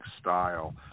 style